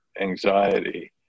anxiety